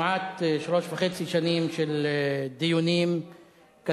כמעט שלוש וחצי שנים של דיונים קדחתניים,